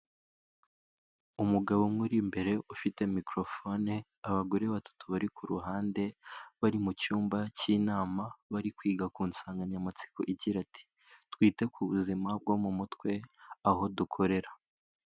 Umugabo umwe uri imbere ufite microphone abagore batatu bari ku ruhande bari mu cyumba cy'inama bari kwiga ku nsanganyamatsiko igira iti "twite ku buzima bwo mu mutwe aho dukorera".